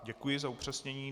Děkuji za upřesnění.